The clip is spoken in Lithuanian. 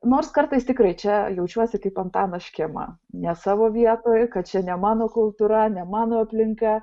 nors kartais tikrai čia jaučiuosi kaip antanas škėma ne savo vietoj kad čia ne mano kultūra ne mano aplinka